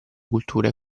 culture